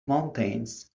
mountains